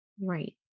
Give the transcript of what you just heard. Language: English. Right